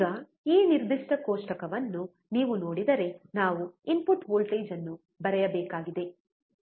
ಈಗ ಈ ನಿರ್ದಿಷ್ಟ ಕೋಷ್ಟಕವನ್ನು ನೀವು ನೋಡಿದರೆ ನಾವು ಇನ್ಪುಟ್ ವೋಲ್ಟೇಜ್ ಅನ್ನು ಬರೆಯಬೇಕಾಗಿದೆ